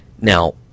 Now